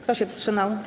Kto się wstrzymał?